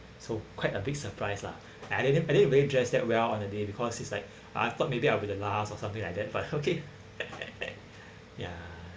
so quite a big surprise lah I didn't I didn't even dress that well on that day because it was like I thought maybe I will be the last or something like that okay ya